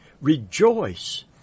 rejoice